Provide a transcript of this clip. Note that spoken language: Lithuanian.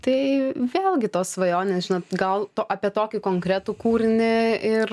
tai vėlgi tos svajonės žinot gal to apie tokį konkretų kūrinį ir